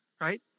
right